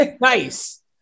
nice